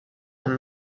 and